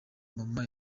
mama